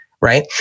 right